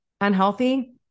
unhealthy